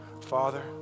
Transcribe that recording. father